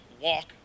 walk